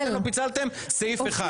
אתם לא פיצלתם סעיף אחד.